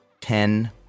Ten